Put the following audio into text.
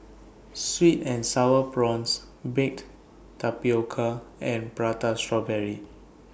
Sweet and Sour Prawns Baked Tapioca and Prata Strawberry